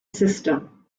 system